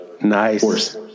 Nice